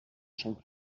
són